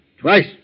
Twice